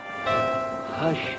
Hush